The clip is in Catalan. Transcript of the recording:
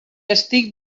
estic